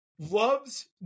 loves